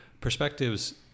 perspectives